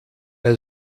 that